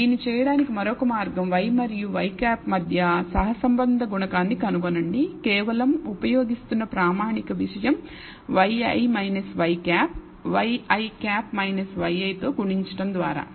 దీన్ని చేయడానికి మరొక మార్గం y మరియు ŷ మధ్య సహసంబంధ గుణకాన్ని కనుగొనండి కేవలం ఉపయోగిస్తున్నప్రామాణిక విషయం yi y̅ ŷi y తో గుణించడం ద్వారా